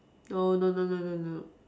no no no no no no no